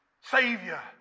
Savior